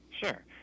Sure